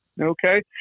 okay